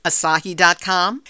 Asahi.com